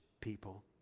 people